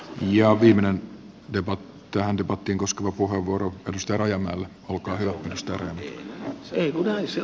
ja uiminen joko tähän debattiin koska puheenvuoro staroja minä olen täysin varma siitä